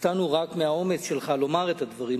הופתענו רק מהאומץ שלך לומר את הדברים.